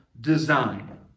design